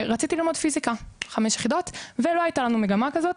רציתי ללמוד פיסיקה חמש יחידות ולא הייתה לנו מגמה כזו,